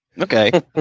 Okay